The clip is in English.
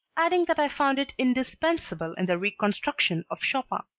adding that i found it indispensable in the re-construction of chopin.